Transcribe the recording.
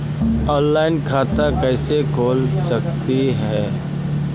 Online खाता कैसे खोल सकली हे कैसे?